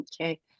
Okay